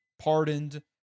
pardoned